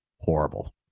horrible